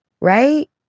right